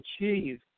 achieve